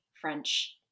french